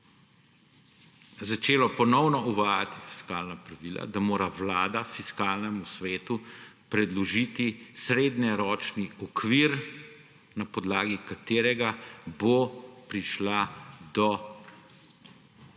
začelo ponovno uvajati fiskalna pravila, Vlada Fiskalnemu svetu predložiti srednjeročni okvir, na podlagi katerega bo prišla do